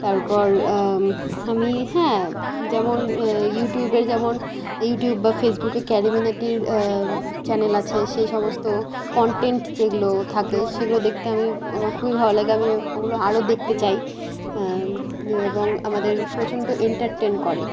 তারপর আমি হ্যাঁ যেমন ইউটিউবে যেমন ইউটিউব বা ফেসবুকে ক্যারিমিনাটির চ্যানেল আছে সেই সমস্ত কনটেন্ট যেগুলো থাকে সেগুলো দেখতে আমি আমার খুবই ভালো লাগে আমিও ওগুলো আরও দেখতে চাই হ্যাঁ এবং আমাদের প্রচণ্ড এন্টারটেন করে